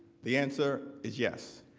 the answer is yes.